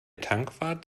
tankwart